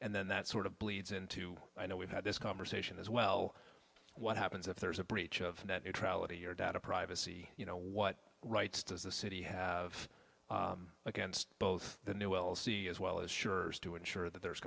and then that sort of bleeds into i know we've had this conversation as well what happens if there's a breach of that a trial of your data privacy you know what rights does the city have against both the new well see as well as sure's to ensure that there